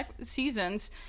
seasons